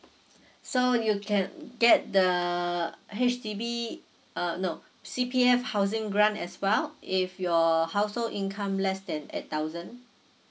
so you can get the H_D_B err no C_P_F housing grant as well if your household income less than eight thousand